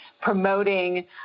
promoting